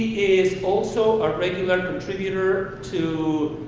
is also a regular contributor to,